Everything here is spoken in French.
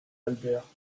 albert